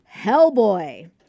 Hellboy